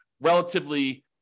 relatively